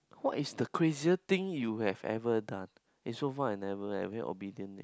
what is the crazier thing you have ever done eh so far I never eh very obedient leh